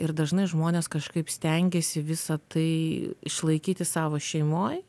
ir dažnai žmonės kažkaip stengiasi visa tai išlaikyti savo šeimoj